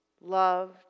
loved